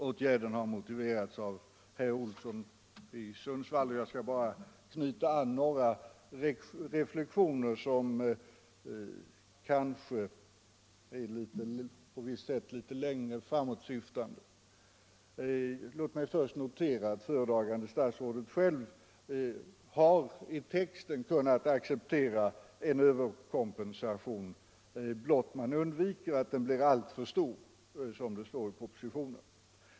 Åtgärden har motiverats av herr Olsson i Sundsvall, och jag skall bara knyta an några reflexioner som kanske är litet mer framåtsyftande. Låt mig först notera att föredragande statsrådet själv i propositionen . har kunnat acceptera en överkompensation blott man undviker att den blir ”alltför stor”.